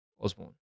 Osborne